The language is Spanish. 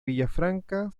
villafranca